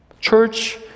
Church